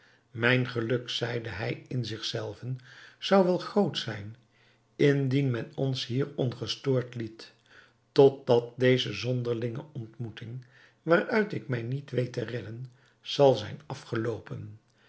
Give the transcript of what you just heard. mijn geluk zeide hij in zich zelven zou wel groot zijn indien men ons hier ongestoord liet totdat deze zonderlinge ontmoeting waaruit ik mij niet weet te redden zal zijn afgeloopen